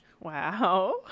Wow